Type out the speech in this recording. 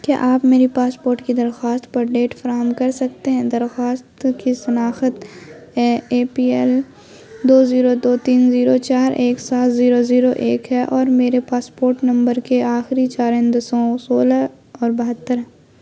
کیا آپ میری پاسپورٹ کی درخواست پر ڈیٹ فراہم کر سکتے ہیں درخواست کی سناخت اے اے پی ایل دو زیرو دو تین زیرو چار ایک سات زیرو زیرو ایک ہے اور میرے پاسپورٹ نمبر کے آخری چار ہندسوں سولہ اور بہتر